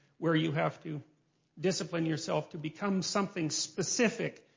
where you have to discipline yourself to become something specific,